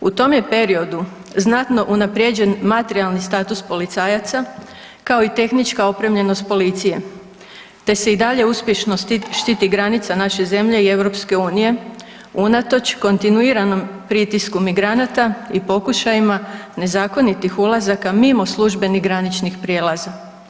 U tom je periodu znatno unaprijeđen materijalni status policajaca kao i tehnička opremljenost policije te se i dalje uspješno štiti granica naše zemlje i EU unatoč kontinuiranom pritisku migranata i pokušajima nezakonitih ulazaka mimo službenih graničnih prijelaza.